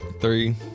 Three